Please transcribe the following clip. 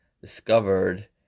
discovered